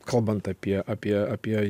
kalbant apie apie apie